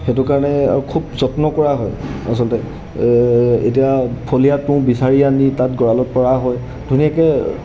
সেইটো কাৰণে আৰু খুব যত্ন কৰা হয় আচলতে এতিয়া ফলিয়া তুঁহ বিচাৰি আনি তাত গঁৰালত পৰা হয় ধুনীয়াকৈ